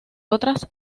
otras